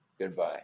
Goodbye